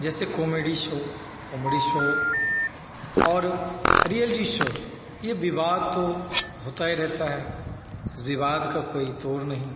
जैसे comedy show comedy show और reality show ये विवाद तो होता ही रहता है इस विवाद का कोई तोड़ नहीं